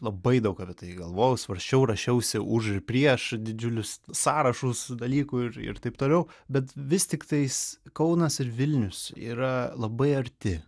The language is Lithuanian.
labai daug apie tai galvojau svarsčiau rašiausi už prieš didžiulius sąrašus dalykų ir ir taip toliau bet vis tiktais kaunas ir vilnius yra labai arti